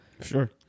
Sure